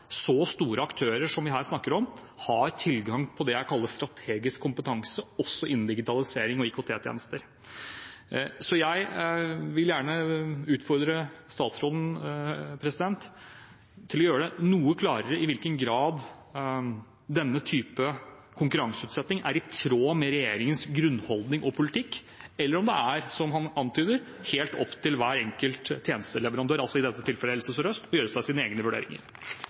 så store aktører som vi her snakker om, har tilgang på det jeg kaller «strategisk kompetanse», også innen digitalisering og IKT-tjenester. Så jeg vil gjerne utfordre statsråden til å gjøre det noe klarere i hvilken grad denne type konkurranseutsetting er i tråd med regjeringens grunnholdning og politikk, eller om det er, som han antyder, helt opp til hver enkelt tjenesteleverandør – i dette tilfellet altså Helse Sør-Øst – å gjøre seg sine egne vurderinger.